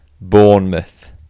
Bournemouth